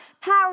power